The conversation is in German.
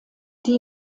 die